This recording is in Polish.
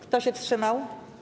Kto się wstrzymał?